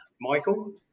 Michael